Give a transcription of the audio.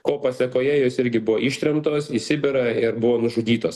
ko pasekoje jos irgi buvo ištremtos į sibirą ir buvo nužudytos